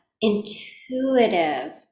intuitive